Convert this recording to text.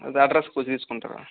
అడ్రసుకు వచ్చి తీసుకుంటారా